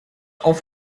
auf